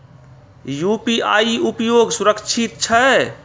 UPI उपयोग सुरक्षित छै?